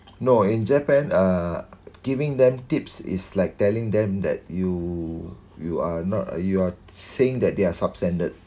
no in japan uh giving them tips is like telling them that you you are not uh you are saying that they are substandard